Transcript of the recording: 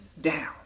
down